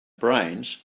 brains